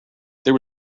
there